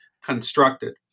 constructed